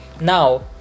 Now